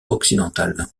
occidental